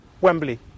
Wembley